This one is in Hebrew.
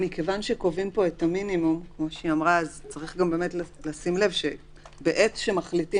מכיוון שקובעים פה את המינימום אז צריך גם לשים לב שבעת שמחליטים